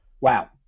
wow